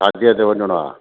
शादीअ ते वञिणो आहे